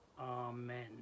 Amen